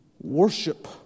worship